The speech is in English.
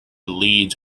leeds